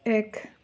এক